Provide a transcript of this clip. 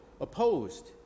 opposed